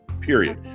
period